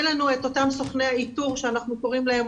אין לנו את אותם סוכני האיתור שאנחנו קוראים להם,